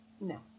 No